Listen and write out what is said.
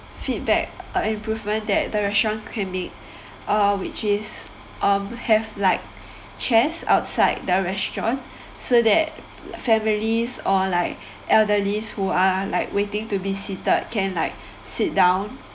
feedback a improvement that the restaurant can make uh which is um have like chairs outside the restaurant so that families or like elderlies who are like waiting to be seated can like sit down